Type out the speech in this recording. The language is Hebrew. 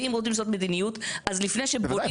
ואם רוצים לעשות מדיניות אז לפני --- בוודאי,